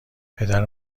پدر